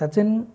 Sachin